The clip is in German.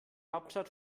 hauptstadt